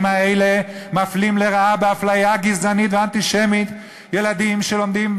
האלה מפלים לרעה באפליה גזענית ואנטישמית ילדים שלומדים,